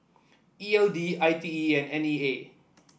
E L D I T E and N E A